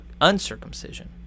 uncircumcision